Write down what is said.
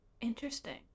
interesting